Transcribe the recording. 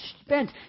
spent